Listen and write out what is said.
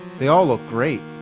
they all look great.